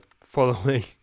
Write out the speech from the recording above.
following